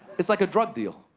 it's like a drug deal.